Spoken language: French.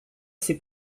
c’est